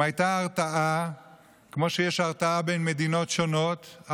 אם הייתה הרתעה כמו שיש הרתעה בין מדינות שונות,